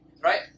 right